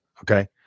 okay